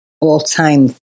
all-time